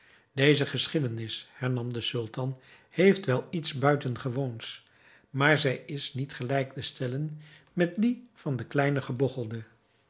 deze geschiedenis hernam de sultan heeft wel iets buitengewoons maar zij is niet gelijk te stellen met die van den kleinen